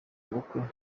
ubukwe